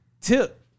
tip